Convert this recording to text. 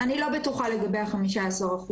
אני לא בטוחה לגבי ה-15%.